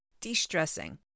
de-stressing